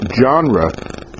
genre